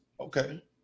okay